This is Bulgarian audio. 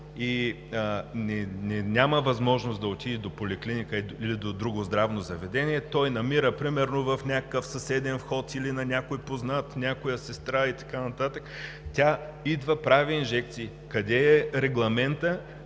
и няма възможност да отиде до поликлиника или до друго здравно заведение. Той намира например в някакъв съседен вход някой познат или някоя сестра и така нататък, тя идва и прави инжекции. Къде е регламентът?!